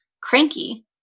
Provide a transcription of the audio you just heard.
cranky